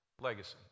legacy